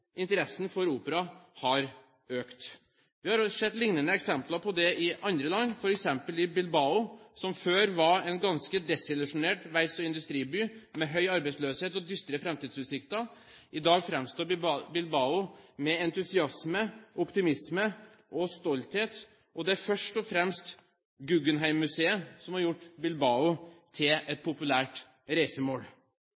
interessen for opera økt. Vi har sett lignende eksempler på det i andre land, f.eks. i Bilbao, som før var en ganske desillusjonert verfts- og industriby, med høy arbeidsløshet og dystre framtidsutsikter. I dag framstår Bilbao med entusiasme, optimisme og stolthet, og det er først og fremst Guggenheim-museet som har gjort Bilbao til et